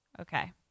Okay